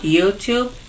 YouTube